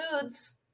foods